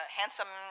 handsome